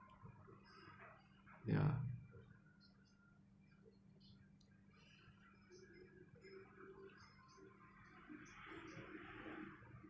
ya